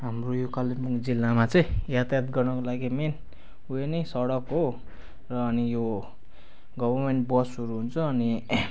हाम्रो यो कालिम्पोङ जिल्लामा चाहिँ यातायात गर्नका लागि मेन उयो नै सडक हो र अनि यो गभर्नमेन बसहरू हुन्छ अनि